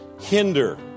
hinder